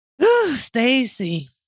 Stacey